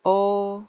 oh